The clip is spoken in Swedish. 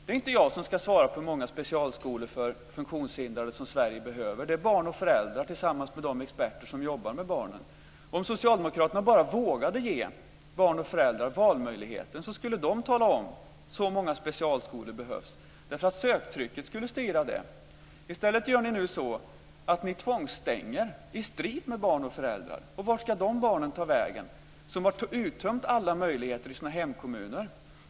Det är inte jag som ska svara på frågan hur många specialskolor för funktionshindrade som Sverige behöver. Det är barn och föräldrar tillsammans med de experter som jobbar med barnen som ska göra det. Om socialdemokraterna bara vågade ge barn och föräldrar valmöjligheten skulle de tala om hur många specialskolor som behövs. Söktrycket skulle styra det. I stället gör ni nu så att ni tvångsstänger i strid med barn och föräldrar. Vart ska de barnen ta vägen som har uttömt alla möjligheter i sina hemkommuner?